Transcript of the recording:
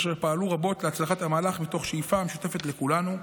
אשר פעלו רבות להצלחת המהלך מתוך שאיפה המשותפת לכולנו,